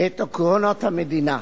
את עקרונות המדינה,